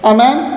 Amen